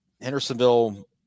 Hendersonville